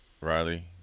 Riley